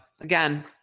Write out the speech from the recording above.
again